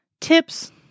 tips